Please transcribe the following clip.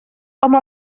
oma